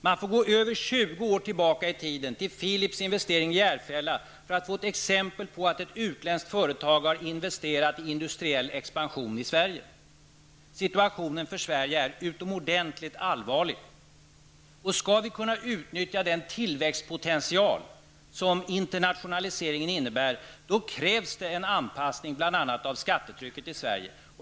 Man får gå över 20 år tillbaka i tiden till Philips investering i Järfälla för att få ett exempel på att ett utländskt företag har investerat i industriell expansion i Sverige. Situationen för Sverige är utomordentligt allvarlig. Skall vi kunna utnyttja den tillväxtpotential som internationaliseringen innebär, krävs det en anpassning, bl.a. av skattetrycket i Sverige.